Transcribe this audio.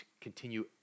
continue